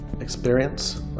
experience